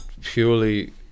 purely